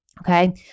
okay